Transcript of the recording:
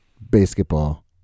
Basketball